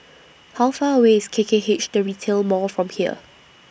How Far away IS K K H The Retail Mall from here